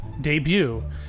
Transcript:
debut